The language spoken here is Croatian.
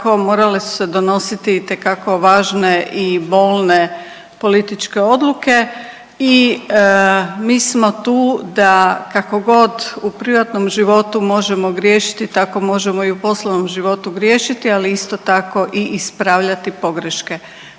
morale su se donositi itekako važne i bolne političke odluke i mi smo tu da kako god u privatnom životu možemo griješiti tako možemo i u poslovnom životu griješiti, ali isto tako i ispravljati pogreške.